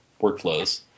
workflows